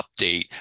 update